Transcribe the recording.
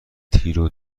تیرو